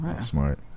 Smart